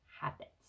habits